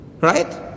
Right